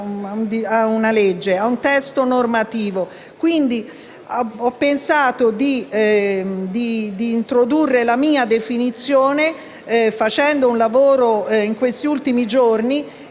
noi, a un testo normativo. Quindi, ho pensato di introdurre la mia definizione, facendo in questi ultimi giorni